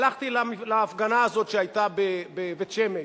הלכתי להפגנה הזאת שהיתה בבית-שמש,